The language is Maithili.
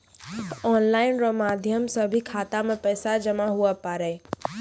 ऑनलाइन रो माध्यम से भी खाता मे पैसा जमा हुवै पारै